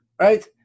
right